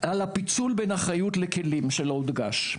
על הפיצול בין אחריות לכלים שלא הודגש.